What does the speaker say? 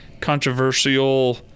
controversial